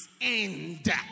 end